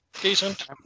Decent